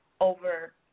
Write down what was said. over